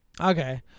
Okay